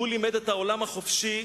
הוא לימד את העולם החופשי,